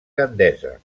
gandesa